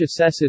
assesses